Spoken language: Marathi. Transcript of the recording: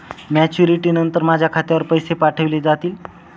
मॅच्युरिटी नंतर माझ्या खात्यावर पैसे पाठविले जातील?